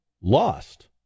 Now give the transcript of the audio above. lost